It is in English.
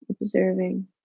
observing